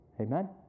Amen